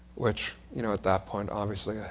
which you know at that point, obviously, ah